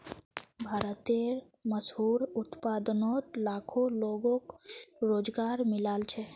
भारतेर मशहूर उत्पादनोत लाखों लोगोक रोज़गार मिलाल छे